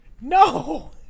No